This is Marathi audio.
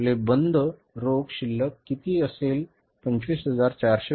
तर आपले बंद रोख शिल्लक किती असेल 25470